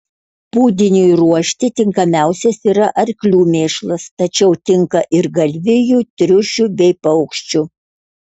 pūdiniui ruošti tinkamiausias yra arklių mėšlas tačiau tinka ir galvijų triušių bei paukščių